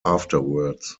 afterwards